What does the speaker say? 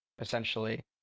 essentially